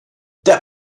der